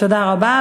תודה רבה.